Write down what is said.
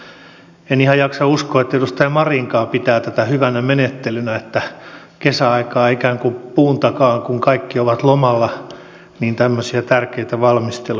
en ihan jaksa uskoa että edustaja marinkaan pitää tätä hyvänä menettelynä että kesäaikaan ikään kuin puun takana kun kaikki ovat lomalla tämmöisiä tärkeitä valmisteluja tehdään